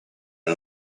and